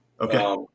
Okay